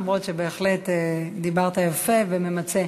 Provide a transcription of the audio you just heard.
אף-על-פי שבהחלט דיברת יפה וממצה.